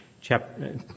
chapter